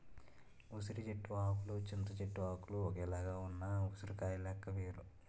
ఉసిరి చెట్టు ఆకులు చింత చెట్టు ఆకులు ఒక్కలాగే ఉన్న ఉసిరికాయ లెక్క వేరు